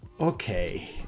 Okay